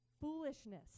Foolishness